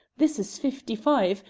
this is fifty five,